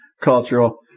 cultural